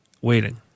waiting